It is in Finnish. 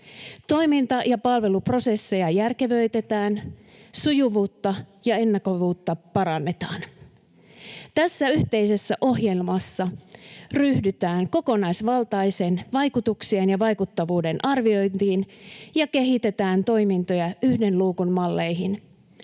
Toiminta- ja palveluprosesseja järkevöitetään, sujuvuutta ja ennakoitavuutta parannetaan. Tässä yhteisessä ohjelmassa ryhdytään kokonaisvaltaiseen vaikutusten ja vaikuttavuuden arviointiin ja kehitetään toimintoja yhden luukun malleihin.